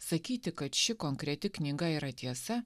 sakyti kad ši konkreti knyga yra tiesa